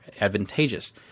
advantageous